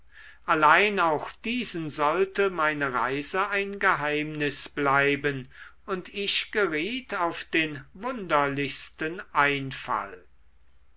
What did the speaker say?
allein auch diesen sollte meine reise ein geheimnis bleiben und ich geriet auf den wunderlichsten einfall